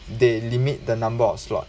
they limit the number of slot